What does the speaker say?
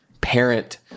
parent